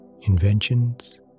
inventions